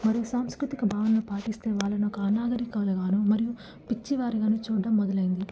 మరో సాంస్కృతిక భావన పాటిస్తే వాళ్ళను ఒక అనాగారికాలు గాను మరియు పిచ్చివారి గాని చూడ్డం మొదలైంది